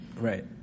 right